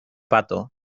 pato